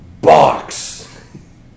box